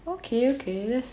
okay okay this